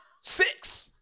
Six